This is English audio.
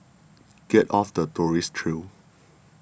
get off the tourist trail